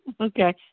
Okay